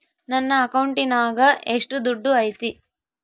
ನನ್ನ ಅಕೌಂಟಿನಾಗ ಎಷ್ಟು ದುಡ್ಡು ಐತಿ?